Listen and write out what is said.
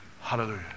Hallelujah